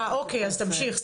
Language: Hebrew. אוקי, אז תמשיך,